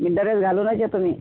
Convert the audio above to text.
मी dress घालूनच येतो मी